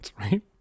right